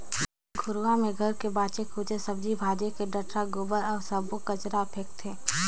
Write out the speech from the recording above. घुरूवा म घर के बाचे खुचे सब्जी भाजी के डठरा, गोबर अउ सब्बो कचरा ल फेकथें